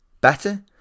Better